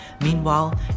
Meanwhile